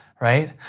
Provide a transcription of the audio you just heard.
Right